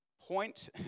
point